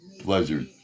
pleasure